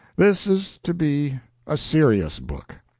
this is to be a serious book.